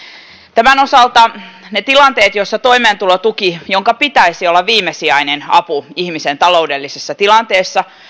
tämän osalta on tilanteita joissa toimeentulotuki jonka pitäisi olla viimesijainen apu ihmisen taloudellisessa tilanteessa